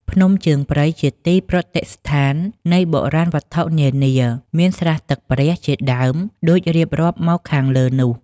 ភ្នំជើងព្រៃ ជាទីប្រតិស្ឋាននៃបុរាណវត្ថុនានា មានស្រះទឹកព្រះ ជាដើម ដូចរៀបរាប់មកខាងលើនោះ